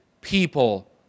people